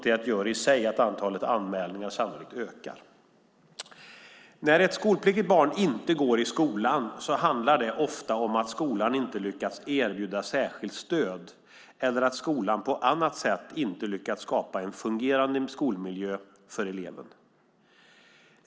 Det kan i sig göra att antalet anmälningar ökar. När ett skolpliktigt barn inte går i skolan handlar det ofta om att skolan inte lyckats erbjuda särskilt stöd eller att skolan på annat sätt inte lyckats skapa en fungerande skolmiljö för eleven.